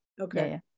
okay